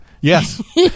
Yes